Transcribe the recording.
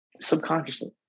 subconsciously